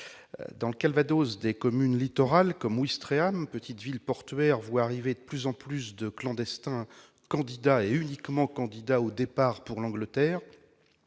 Dans le Calvados, des communes littorales comme Ouistreham, petite ville portuaire, voient arriver de plus en plus de clandestins candidats au départ pour l'Angleterre-